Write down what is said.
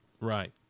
Right